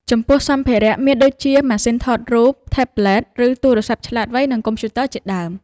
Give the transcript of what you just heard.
ចំពោះសម្ភារ:មានដូចជា ម៉ាស៉ីនថតរូប ថេប្លេត ឬទូរសព្ទឆ្លាតវៃ និងកុំព្យូទ័រជាដើម។